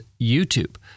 YouTube